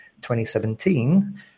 2017